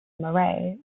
marae